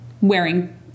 wearing